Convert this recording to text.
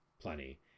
plenty